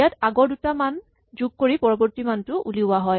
ইয়াত আগৰ দুটা মান যোগ কৰি পৰৱৰ্তী মানটো উলিওৱা হয়